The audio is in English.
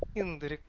in the